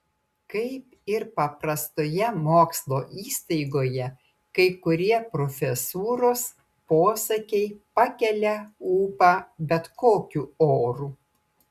kaip ir paprastoje mokslo įstaigoje kai kurie profesūros posakiai pakelia ūpą bet kokiu oru